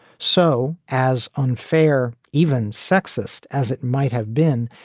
so as unfair, even sexist as it might have been,